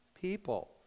people